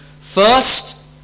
first